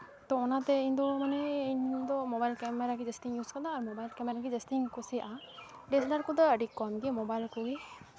ᱛᱚ ᱚᱱᱟᱛᱮ ᱤᱧ ᱫᱚ ᱢᱟᱱᱮ ᱢᱳᱵᱟᱭᱤᱞ ᱠᱮᱢᱮᱨᱟ ᱜᱮ ᱡᱟᱹᱥᱛᱤᱧ ᱤᱭᱩᱡᱽ ᱠᱟᱫᱟ ᱟᱨ ᱢᱳᱵᱟᱭᱤᱞ ᱠᱮᱢᱮᱨᱟ ᱜᱮ ᱡᱟᱹᱥᱛᱤᱧ ᱠᱩᱥᱤᱭᱟᱜᱼᱟ ᱰᱤᱭᱮᱥᱮᱞᱟᱨ ᱠᱚᱫᱚ ᱟᱹᱰᱤ ᱠᱚᱢ ᱜᱮ ᱢᱳᱵᱟᱭᱤᱞ ᱠᱚᱜᱮ